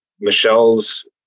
Michelle's